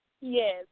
Yes